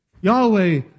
Yahweh